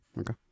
Okay